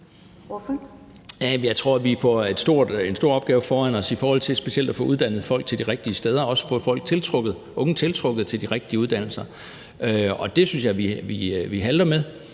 Jamen jeg tror, der står en stor opgave foran os i forhold til specielt at få uddannet folk til de rigtige steder og også få unge tiltrukket til de rigtige uddannelser. Og det synes jeg vi halter med.